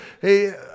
hey